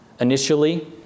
Initially